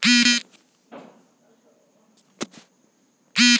ग्राहक के कैसे कैसे लोन मिल सकेला येकर का विधि बा जानकारी चाहत बा?